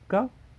kau